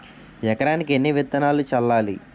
ఎకరానికి ఎన్ని విత్తనాలు చల్లాలి?